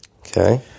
Okay